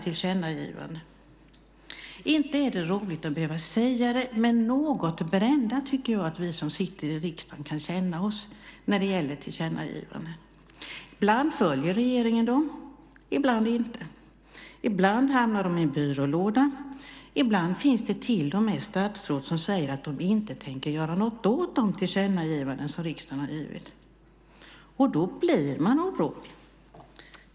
Inte är det roligt att behöva säga det, men något brända tycker jag att vi som sitter i riksdagen kan känna oss när det gäller tillkännagivanden. Ibland följer regeringen dem, ibland inte. Ibland hamnar de i en byrålåda. Ibland finns det statsråd som till och med säger att de inte tänker göra något åt de tillkännagivanden som riksdagen har givit. Då blir man orolig.